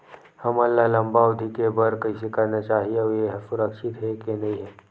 हमन ला लंबा अवधि के बर कइसे करना चाही अउ ये हा सुरक्षित हे के नई हे?